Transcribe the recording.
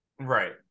right